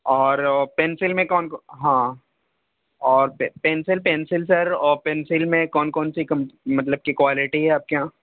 اور پینسل میں کون کون ہاں اور پینسل پینسل سر اور پینسل میں کون کون سی کم مطلب کی کوالٹی ہے آپ کے یہاں